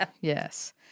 yes